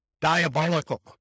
diabolical